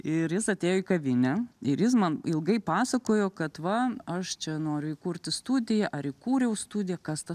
ir jis atėjo į kavinę ir jis man ilgai pasakojo kad va aš čia noriu įkurti studiją ar įkūriau studiją kas ta